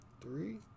three